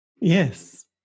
Yes